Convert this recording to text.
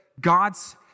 God's